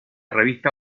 revista